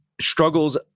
struggles